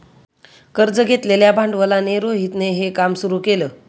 कर्ज घेतलेल्या भांडवलाने रोहितने हे काम सुरू केल